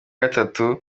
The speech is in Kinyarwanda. gatatu